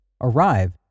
arrive